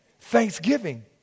Thanksgiving